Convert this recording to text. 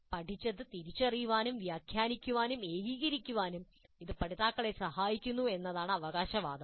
പഠിച്ചത് തിരിച്ചറിയാനും വ്യഖ്യാനിക്കുവാനും ഏകീകരിക്കാനും ഇത് പഠിതാക്കളെ സഹായിക്കുന്നു എന്നതാണ് അവകാശവാദം